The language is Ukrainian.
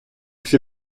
всі